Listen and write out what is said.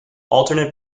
alternate